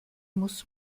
muss